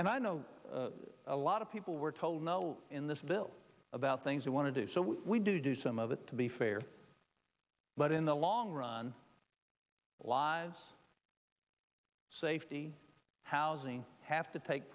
and i know a lot of people were told no in this bill about things we want to do so we do do some of it to be fair but in the long run was safety housing have to take